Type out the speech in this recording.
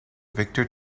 victor